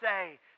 say